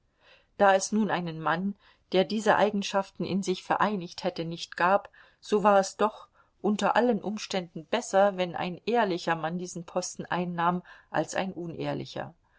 da es nun einen mann der diese eigenschaften in sich vereinigt hätte nicht gab so war es doch unter allen umständen besser wenn ein ehrlicher mann diesen posten einnahm als ein unehrlicher